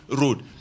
road